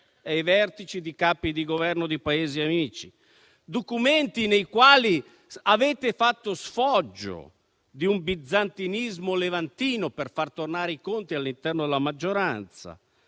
i vertici di Capi di Governo di Paesi amici; tra documenti nei quali avete fatto sfoggio di un bizantinismo levantino per far tornare i conti all'interno della maggioranza;